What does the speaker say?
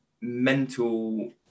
mental